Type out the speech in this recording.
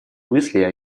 мысли